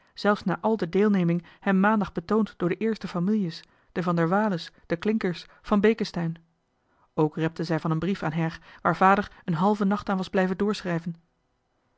ook na al de deelneming hem maandag betoond door de eerste fâmieljes de van der waele's de klincker's van beeckesteyn ook repte zij van een brief aan her waar vader een halven nacht aan was blijven